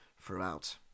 throughout